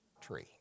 tree